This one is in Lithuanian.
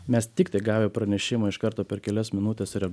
mes tiktai gavę pranešimą iš karto per kelias minutes ir